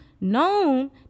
known